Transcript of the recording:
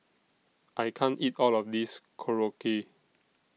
I can't eat All of This Korokke